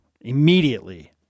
immediately